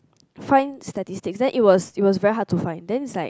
find statistic then it was it was very hard to find then is like